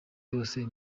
yose